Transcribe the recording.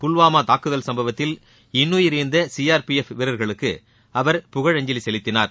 புல்வாமா தாக்குதல் சம்பவத்தில் இன்னுயிர் ஈந்த சி ஆர் பி எஃப் வீரர்களுக்கு அவர் புகழஞ்சலி செலுத்தினார்